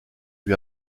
lui